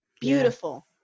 Beautiful